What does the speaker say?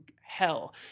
hell